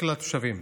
לכלל התושבים.